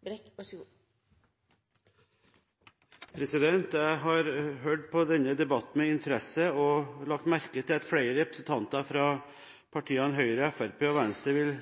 flere representanter fra partiene Høyre, Fremskrittspartiet og Venstre vil